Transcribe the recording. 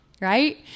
right